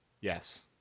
Yes